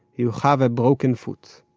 you have a broken foot.